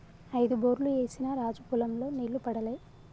ఐదు బోర్లు ఏసిన రాజు పొలం లో నీళ్లు పడలే